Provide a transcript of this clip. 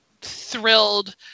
thrilled